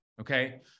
Okay